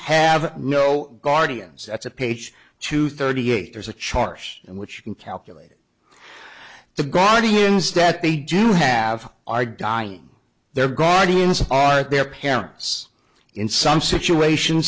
have no guardians that's a page to thirty eight there's a charge which you can calculate the guardian's that they do have are dying their guardians their parents in some situation